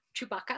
Chewbacca